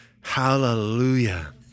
Hallelujah